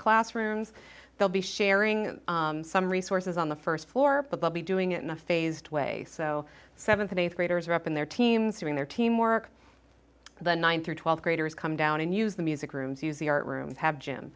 classrooms they'll be sharing some resources on the first floor above be doing it in a phased way so seventh and eighth graders are up in their teams doing their team work the nine through twelve graders come down and use the music rooms use the art rooms have gym